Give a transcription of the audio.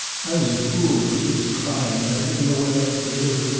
i was a fool, but she was crying, and i didn't know what else to do.